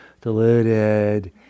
diluted